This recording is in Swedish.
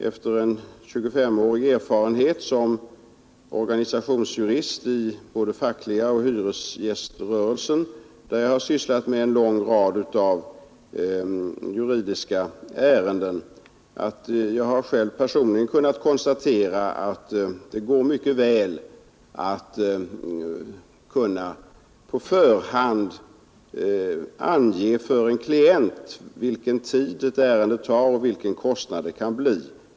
Efter 25-årig erfarenhet som organisationsjurist i både den fackliga rörelsen och hyresgäströrelsen, där jag sysslat med en lång rad av juridiska ärenden, har jag personligen kunnat konstatera att det går mycket bra att på förhand för en klient ange vilken tid ett ärende kan komma att ta och vilken kostnaden kan bli.